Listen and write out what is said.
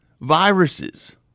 viruses